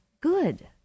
good